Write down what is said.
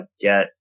get